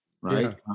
Right